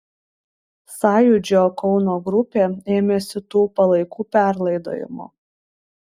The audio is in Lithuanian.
sąjūdžio kauno grupė ėmėsi tų palaikų perlaidojimo